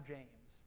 James